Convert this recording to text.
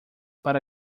para